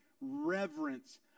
reverence